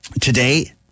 Today